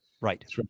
Right